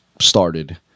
started